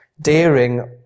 daring